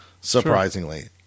Surprisingly